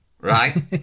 right